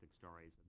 stories